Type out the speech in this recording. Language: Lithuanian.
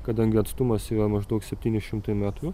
kadangi atstumas yra maždaug septyni šimtai metrų